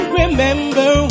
remember